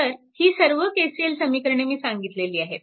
तर ही सर्व KCL समीकरणे मी सांगितली आहेत